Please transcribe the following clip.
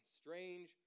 strange